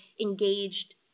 engaged